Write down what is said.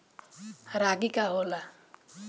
रागी का होला?